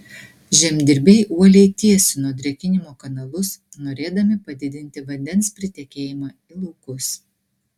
žemdirbiai uoliai tiesino drėkinimo kanalus norėdami padidinti vandens pritekėjimą į laukus